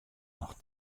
noch